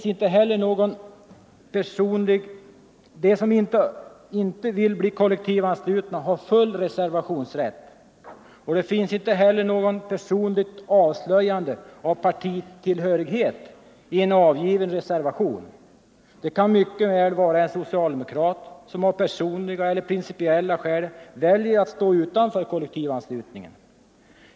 De som inte vill bli kollektivanslutna har full reservationsrätt. Det finns inte heller något personligt avslöjande om partitillhörighet i en avgiven reservation. Det kan mycket väl vara en socialdemokrat som av personliga eller principiella skäl väljer att stå utanför kollektivanslutningen.